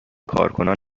کارکنان